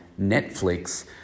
Netflix